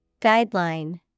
Guideline